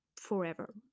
forever